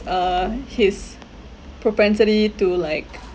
uh his propensity to like